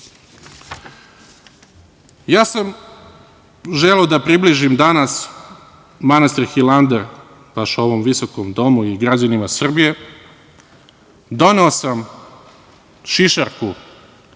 sam da približim danas manastir Hilandar baš ovom visokom domu i građanima Srbije, doneo sam šišarku